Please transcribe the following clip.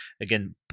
again